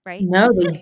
No